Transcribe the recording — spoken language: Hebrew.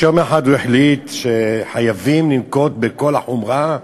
שיום אחד החליט שחייבים לנקוט בכל החומרה,